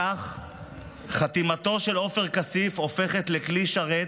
בכך חתימתו של עופר כסיף הופכת לכלי שרת